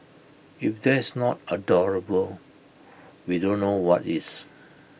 if that's not adorable we don't know what is